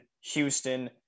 Houston